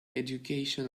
education